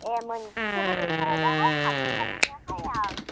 ए मोनसेबो गैथारादाहाय हाखानाय नोङाहाय आं